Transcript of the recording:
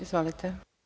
Izvolite.